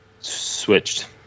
switched